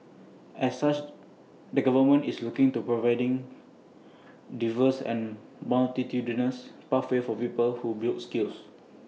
as such the government is looking at providing diverse and multitudinous pathways for people who build skills